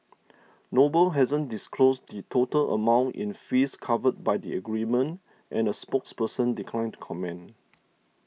Noble hasn't disclosed the total amount in fees covered by the agreement and a spokesperson declined to comment